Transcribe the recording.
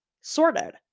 sorted